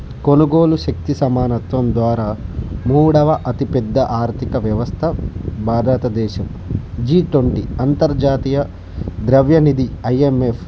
కొనుగోలు శక్తి సమానత్వం ద్వారా మూడవ అతిపెద్ద ఆర్థిక వ్యవస్థ భారతదేశం జీ ట్వంటీ అంతర్జాతీయ ద్రవ్యనిధి ఐఎంఎఫ్